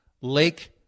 Lake